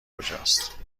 کجاست